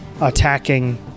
attacking